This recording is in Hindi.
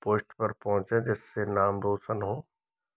पोस्ट पर पहुँचे जिससे नाम रोशन हो